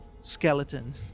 skeleton